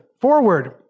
Forward